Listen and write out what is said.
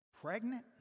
Pregnant